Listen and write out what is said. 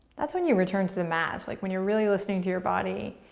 that's when you return to the mat, like when you're really listening to your body.